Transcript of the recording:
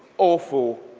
awful